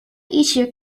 issue